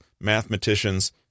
mathematicians